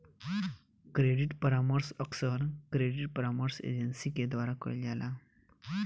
credit परामर्श अक्सर credit परामर्श एजेंसी के द्वारा कईल जाला